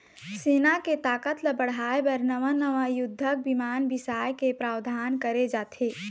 सेना के ताकत ल बढ़ाय बर नवा नवा युद्धक बिमान बिसाए के प्रावधान करे जाथे